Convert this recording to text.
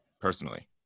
personally